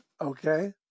Okay